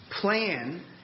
plan